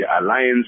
alliance